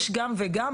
יש גם וגם.